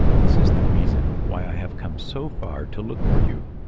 this is the reason why i have come so far to look for you.